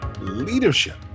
Leadership